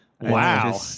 Wow